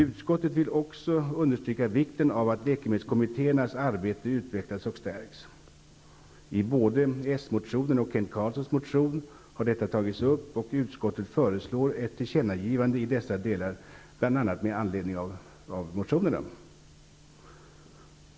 Utskottet vill också understryka vikten av att läkemedelskommittéernas arbete utvecklas och stärks. I både s-motionen och Kent Carlssons motion har detta tagits upp, och utskottet föreslår ett tillkännagivande i dessa delar, bl.a. med anledning av motionerna.